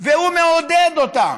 והוא מעודד אותה,